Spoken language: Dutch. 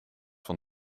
van